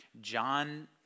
John